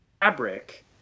fabric